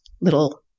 little